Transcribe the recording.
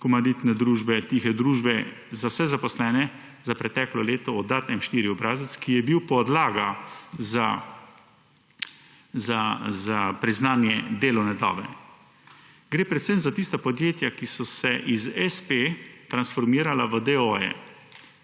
komanditne družbe, tihe družbe za vse zaposlene za preteklo leto oddati M-4 obrazec, ki je bil podlaga za priznanje delovne dobe. Gre predvsem za tista podjetja, ki so se iz s. p. transformirala v d.